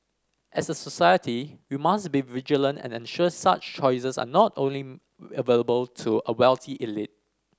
as a society we must be vigilant and ensure such choices are not only available to a wealthy elite